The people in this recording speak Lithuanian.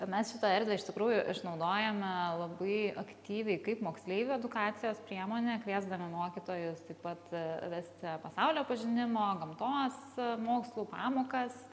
mes šitą erdvę iš tikrųjų išnaudojame labai aktyviai kaip moksleivių edukacijos priemonę kviesdami mokytojus taip pat vesti pasaulio pažinimo gamtos mokslų pamokas